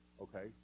okay